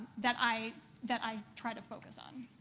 that i that i try to focus on.